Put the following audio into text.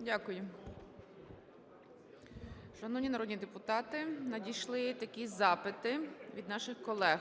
Дякую. Шановні народні депутати, надійшли такі запити від наших колег: